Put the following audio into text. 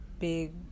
big